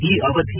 ಈ ಅವಧಿ